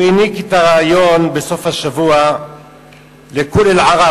הוא העניק את הריאיון בסוף השבוע ל"כול אל-ערב".